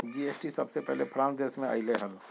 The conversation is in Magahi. जी.एस.टी सबसे पहले फ्रांस देश मे अइले हल